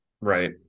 right